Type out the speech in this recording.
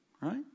right